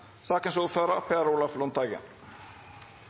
Sandra Borch, Per Olaf Lundteigen,